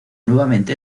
nuevamente